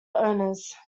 owners